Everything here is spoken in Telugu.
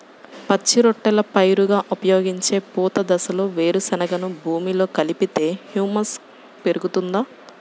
పచ్చి రొట్టెల పైరుగా ఉపయోగించే పూత దశలో వేరుశెనగను భూమిలో కలిపితే హ్యూమస్ పెరుగుతుందా?